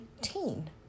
teen